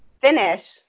finish